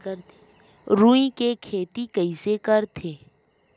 रुई के खेती कइसे करथे?